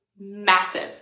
massive